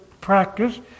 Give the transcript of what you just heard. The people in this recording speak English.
practice